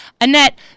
Annette